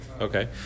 Okay